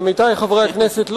עמיתי חברי הכנסת,